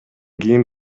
кийин